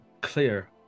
clear